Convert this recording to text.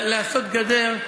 לעשות גדר,